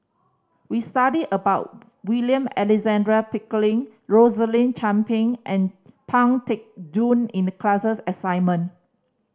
we studied about William Alexander Pickering Rosaline Chan Pang and Pang Teck Joon in the class assignment